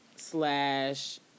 slash